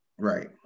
Right